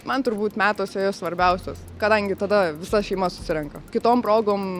man turbūt metuose jos svarbiausios kadangi tada visa šeima susirenka kitom progom